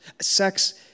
Sex